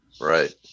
right